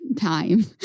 time